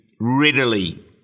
readily